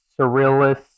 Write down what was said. surrealist